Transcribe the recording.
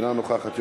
אינה נוכחת,